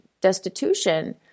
destitution